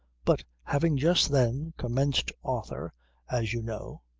but having just then commenced author as you know,